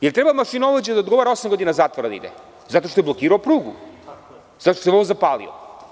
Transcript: Da li treba mašinovođa da odgovara osam godina zatvora da ide zato što je blokirao prugu zato što se voz zapalio?